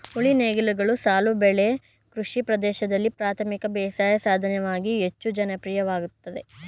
ಉಳಿ ನೇಗಿಲುಗಳು ಸಾಲು ಬೆಳೆ ಕೃಷಿ ಪ್ರದೇಶ್ದಲ್ಲಿ ಪ್ರಾಥಮಿಕ ಬೇಸಾಯ ಸಾಧನವಾಗಿ ಹೆಚ್ಚು ಜನಪ್ರಿಯವಾಗಯ್ತೆ